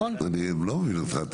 אני לא מבין אותך,